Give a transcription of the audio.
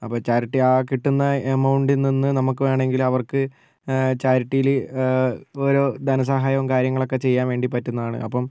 അപ്പോൾ ചാരിറ്റി ആ കിട്ടുന്ന എമൗണ്ടിൽ നിന്ന് നമുക്ക് വേണമെങ്കിൽ അവർക്ക് ചാരിറ്റിയിൽ ഓരോ ധനസഹായവും കാര്യങ്ങളൊക്കെ ചെയ്യാൻ വേണ്ടി പറ്റുന്നതാണ് അപ്പം